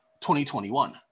2021